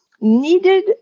needed